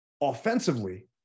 offensively